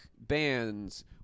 bands